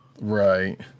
Right